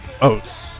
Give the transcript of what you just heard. Oats